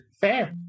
Fair